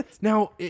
Now